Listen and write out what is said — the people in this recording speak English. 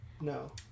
No